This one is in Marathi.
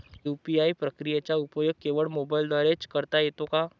यू.पी.आय प्रक्रियेचा उपयोग केवळ मोबाईलद्वारे च करता येतो का?